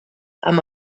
amb